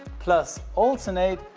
plus alternate,